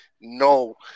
no